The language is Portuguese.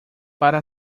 para